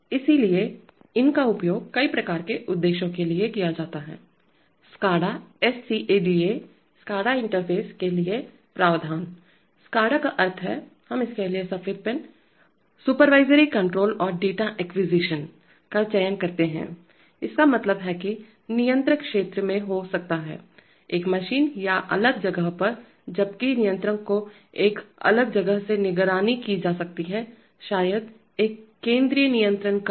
इसलिए इनका उपयोग कई प्रकार के उद्देश्यों के लिए किया जाता है SCADA इंटरफ़ेस के लिए प्रावधान SCADA का अर्थ है हम इसके लिए एक सफ़ेद पेन सुपरवाइजरी कण्ट्रोल और डेटा एक्वीजीशन अधिग्रहण का चयन करते हैं इसका मतलब है कि नियंत्रक क्षेत्र में हो सकता है एक मशीन या एक अलग जगह पर जबकि नियंत्रक को एक अलग जगह से निगरानी की जा सकती है शायद एक केंद्रीय नियंत्रण कक्ष